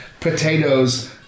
potatoes